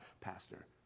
pastor